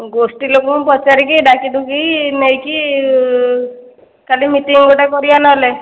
ଗୋଷ୍ଠୀ ଲୋକଙ୍କୁ ପଚାରିକି ଡାକିଡୁକି ନେଇକି କାଲି ମିଟିଙ୍ଗ୍ ଗୋଟିଏ କରିବା ନହେଲେ